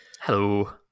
Hello